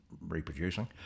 reproducing